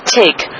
take